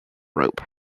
rope